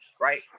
right